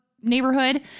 Neighborhood